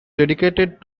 dedicated